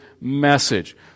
message